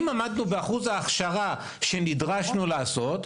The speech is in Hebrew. אם עמדנו באחוז ההכשרה שנדרשנו לעשות,